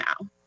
now